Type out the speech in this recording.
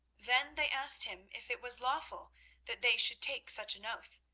then they asked him if it was lawful that they should take such an oath,